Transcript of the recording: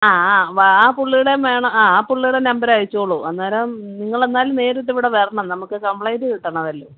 ആ ആ വാ ആ പുള്ളിടേം വേണം ആ ആ പുള്ളിയുടെ നമ്പർ അയച്ചോളൂ അന്നേരം നിങ്ങൾ എന്നാൽ നേരിട്ട് ഇവിടെ വരണം നമുക്ക് കംമ്പ്ലൈൻറ്റ് കിട്ടണവല്ലോ